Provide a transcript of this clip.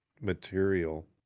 material